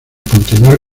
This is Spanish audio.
continuar